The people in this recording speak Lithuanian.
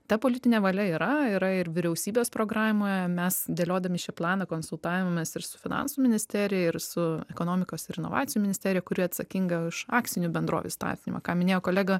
ta politinė valia yra yra ir vyriausybės programoje mes dėliodami šį planą konsultavomės ir su finansų ministerija ir su ekonomikos ir inovacijų ministerija kuri atsakinga už akcinių bendrovių įstatymą ką minėjo kolega